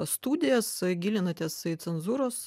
studijas gilinatės į cenzūros